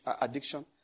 addiction